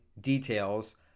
details